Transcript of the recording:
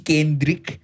Kendrick